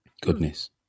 Goodness